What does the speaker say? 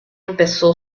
empezó